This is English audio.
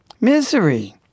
Misery